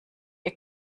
ihr